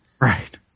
Right